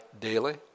daily